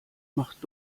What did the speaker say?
macht